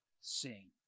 sing